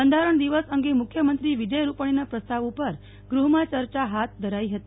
બંધારણ દિવસ અંગે મુખ્યમંત્રી વિજય રૂપાણીના પ્રસ્તાવ ઉપર ગૃહમાં ચર્ચા હાથ ધરાઈ હતી